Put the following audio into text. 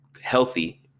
healthy